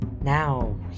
Now